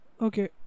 Okay